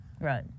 Right